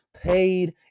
paid